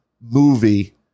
movie